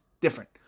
different